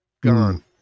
Gone